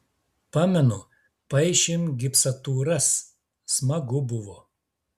pamenu paišėm gipsatūras smagu buvo